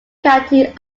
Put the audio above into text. county